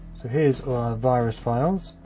so here's all our virus files.